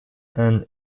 and